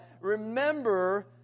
remember